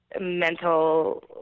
mental